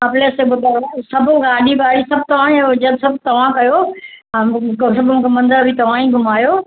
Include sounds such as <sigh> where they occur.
महाबलेश्वर ॿुधायो सभु गाॾी वाॾी सभु तव्हां जी हुजनि सभु तव्हां कयो <unintelligible> मंदर बि तव्हां ही घुमायो